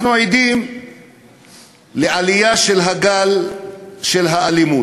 אנחנו עדים לעלייה של גל האלימות,